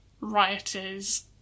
rioters